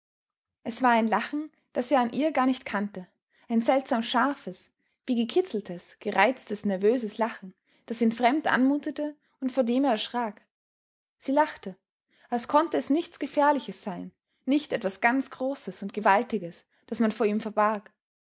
es war ein lachen das er an ihr gar nicht kannte ein seltsam scharfes wie gekitzeltes gereiztes nervöses lachen das ihn fremd anmutete und vor dem er erschrak sie lachte also konnte es nichts gefährliches sein nicht etwas ganz großes und gewaltiges das man vor ihm verbarg